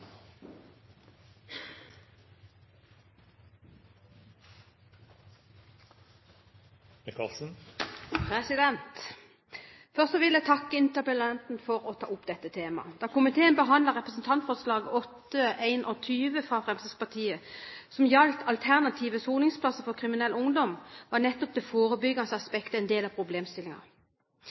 Først vil jeg takke interpellanten for å ta opp dette temaet. Da komiteen behandlet representantforslaget fra Fremskrittspartiet, som gjaldt alternative soningsplasser for kriminell ungdom – Dokument 8:21 S for 2010–2011 – var nettopp det forebyggende aspektet en del av